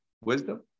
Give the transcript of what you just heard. wisdom